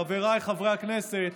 חבריי חברי הכנסת,